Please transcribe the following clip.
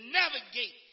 navigate